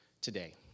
today